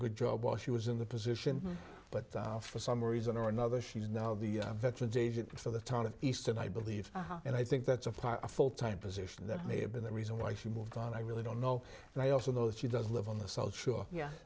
good job a she was in the position but for some reason or another she's now the veterans agent for the town of east and i believe and i think that's a full time position that may have been the reason why she moved on i really don't know and i also know that she does live on the south shore yeah